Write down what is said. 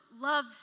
love